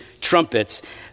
trumpets